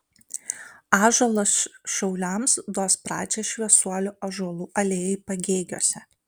ąžuolas šauliams duos pradžią šviesuolių ąžuolų alėjai pagėgiuose